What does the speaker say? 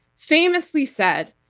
famously said,